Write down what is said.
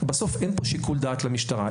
בסוף אין פה שיקול דעת למשטרה.